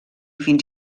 fins